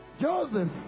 Joseph